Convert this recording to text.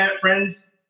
friends